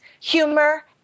humor